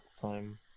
time